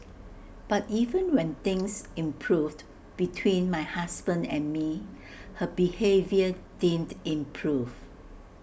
but even when things improved between my husband and me her behaviour didn't improve